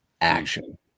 action